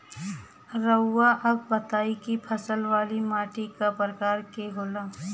रउआ सब बताई कि फसल वाली माटी क प्रकार के होला?